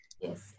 Yes